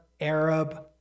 Arab